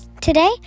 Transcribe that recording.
Today